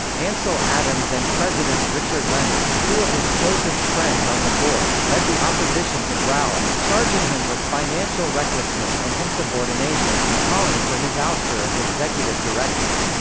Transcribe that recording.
ansel adams and president richard leonard, two of his closest friends on the board, led the opposition to brower, charging him with financial recklessness and insubordination and calling for his ouster as executive director.